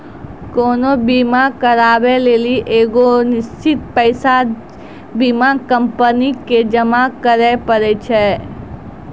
कोनो बीमा कराबै लेली एगो निश्चित पैसा बीमा कंपनी के जमा करै पड़ै छै